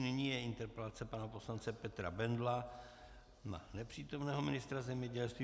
Nyní je interpelace pana poslance Petra Bendla na nepřítomného ministra zemědělství.